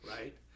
right